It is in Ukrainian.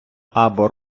або